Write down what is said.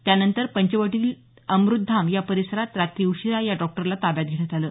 त्यानंतर पंचवटीतील अमुतधाम या परिसरात रात्री उशिरा या डॉक्टरला ताब्यात घेण्यात आलं